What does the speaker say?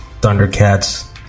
Thundercats